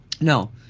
No